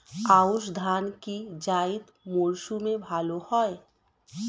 আউশ ধান কি জায়িদ মরসুমে ভালো হয়?